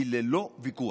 היא ללא ויכוח,